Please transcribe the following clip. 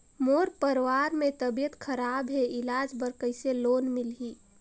मोर परवार मे तबियत खराब हे इलाज बर कइसे लोन मिलही?